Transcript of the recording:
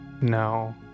no